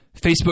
Facebook